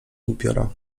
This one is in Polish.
upiora